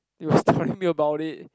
he was telling me about it